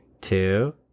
two